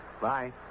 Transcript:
Bye